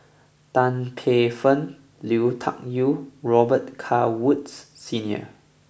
Tan Paey Fern Lui Tuck Yew and Robet Carr Woods Senior